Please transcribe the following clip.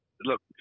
look